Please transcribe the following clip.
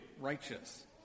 righteous